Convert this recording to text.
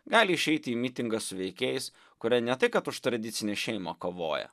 gali išeiti į mitingą su veikėjais kurie ne tai kad už tradicinę šeimą kovoja